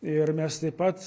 ir mes taip pat